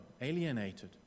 alienated